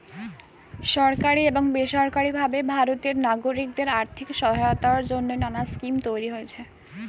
সরকারি এবং বেসরকারি ভাবে ভারতের নাগরিকদের আর্থিক সহায়তার জন্যে নানা স্কিম তৈরি হয়েছে